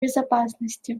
безопасности